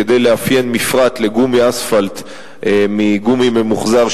כדי לאפיין מפרט לגומי אספלט מגומי ממוחזר,